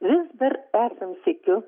vis dar esam sykiu